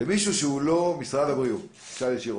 למישהו שהוא לא משרד הבריאות, אשאל ישירות.